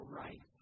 right